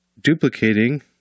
duplicating